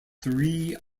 three